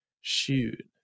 shoot